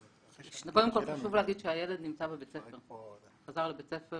קודם כול חשוב להגיד שהילד חזר לבית ספר